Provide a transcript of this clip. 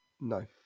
No